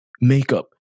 makeup